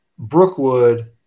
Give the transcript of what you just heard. Brookwood